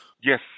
Yes